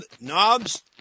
knobs